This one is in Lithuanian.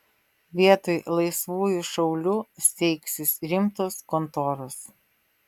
vietoj laisvųjų šaulių steigsis rimtos kontoros